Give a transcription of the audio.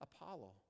Apollo